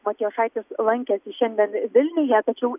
matijošaitis lankėsi šiandien vilniuje tačiau